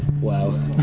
well.